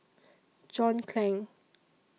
John Clang